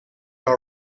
all